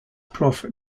prof